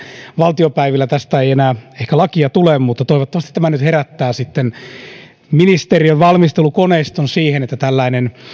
valtiopäivillä tästä ei enää lakia tule mutta toivottavasti tämä nyt herättää ministeriön valmistelukoneiston siihen että tällainen